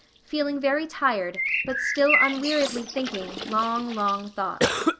feeling very tired but still unweariedly thinking long, long thoughts.